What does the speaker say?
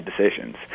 decisions